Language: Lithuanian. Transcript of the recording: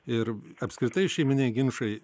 ir apskritai šeiminiai ginčai